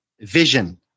vision